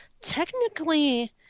technically